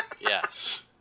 Yes